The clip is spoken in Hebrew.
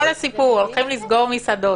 כל הסיפור הוא שהולכים לסגור מסעדות.